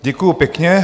Děkuji pěkně.